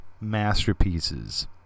masterpieces